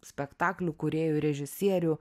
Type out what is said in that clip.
spektaklių kūrėjų režisierių